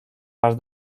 las